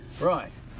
Right